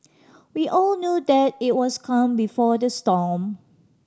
we all knew that it was calm before the storm